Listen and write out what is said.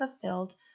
fulfilled